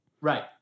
Right